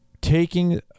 taking